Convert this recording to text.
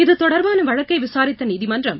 இது தொடர்பான வழக்கை விசாரித்த நீதிமன்றம்